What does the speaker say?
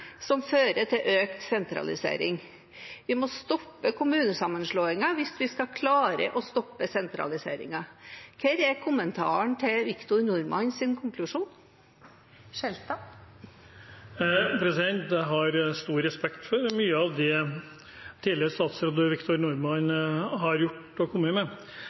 som fører til økt sentralisering. Vi må stoppe kommunesammenslåingen hvis vi skal klare å stoppe sentraliseringen. Hva er kommentaren til Victor Normans konklusjon? Jeg har stor respekt for mye av det tidligere statsråd Victor Norman har gjort og har kommet med.